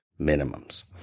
minimums